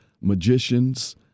magicians